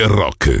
rock